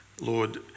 Lord